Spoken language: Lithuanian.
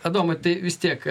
adomai tai vis tiek